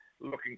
looking